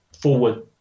forward